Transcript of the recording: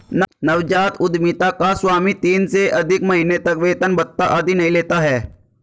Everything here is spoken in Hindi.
नवजात उधमिता का स्वामी तीन से अधिक महीने तक वेतन भत्ता आदि नहीं लेता है